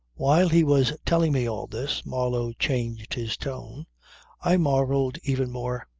while he was telling me all this, marlow changed his tone i marvelled even more.